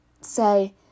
say